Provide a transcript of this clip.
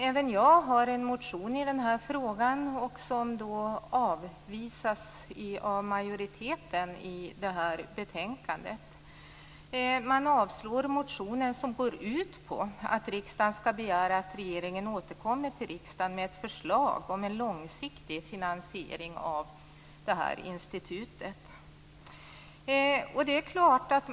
Även jag har i den här frågan väckt en motion, som avstyrks av utskottets majoritet. Motionen går ut på att riksdagen skall begära att regeringen återkommer till riksdagen med förslag om en långsiktig finansiering av det här institutet.